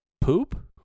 Poop